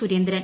Surendran